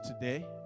today